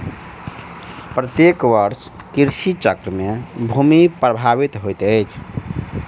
प्रत्येक वर्ष कृषि चक्र से भूमि प्रभावित होइत अछि